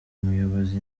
muyobozi